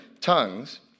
tongues